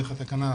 דרך התקנה,